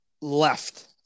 left